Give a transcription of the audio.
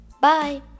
Bye